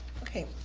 okay,